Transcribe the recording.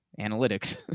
Analytics